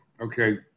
okay